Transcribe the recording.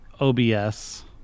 OBS